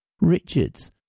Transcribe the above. Richards